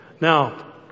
Now